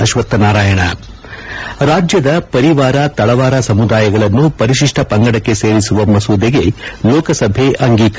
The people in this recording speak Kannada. ಅಶ್ನತ್ ನಾರಾಯಣ ರಾಜ್ಯದ ಪರಿವಾರ ತಳವಾರ ಸಮುದಾಯಗಳನ್ನು ಪರಿಶಿಷ್ಟ ಪಂಗಡಕ್ಕೆ ಸೇರಿಸುವ ಮಸೂದೆಗೆ ಲೋಕಸಭೆ ಅಂಗೀಕಾರ